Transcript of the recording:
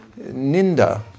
Ninda